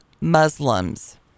Muslims